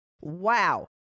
Wow